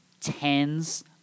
tens